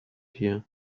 here